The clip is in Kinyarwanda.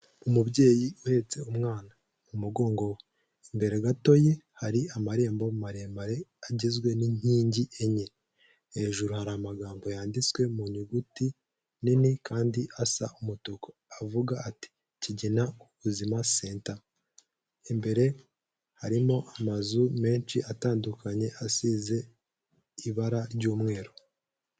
Umubyeyi uhetse umwana mu mugongo we , imbere gato ye hari amarembo maremare agizwe n'inkingi enye, hejuru hari amagambo yanditswe mu nyuguti nini kandi asa umutuku, avuga ati ''Kigina ubuzima center'' imbere harimo amazu menshi atandukanye asize ibara ry'umweru.